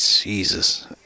Jesus